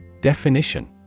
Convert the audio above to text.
Definition